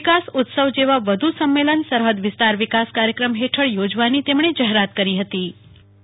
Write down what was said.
વિકાસઉત્સવ જેવા વધુ સંમેલન સરફદ વિસ્તાર વિકાસ કાર્યક્રમ ફેઠળ યોજવાની જાફેરાત કરી ફતી